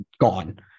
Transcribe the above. gone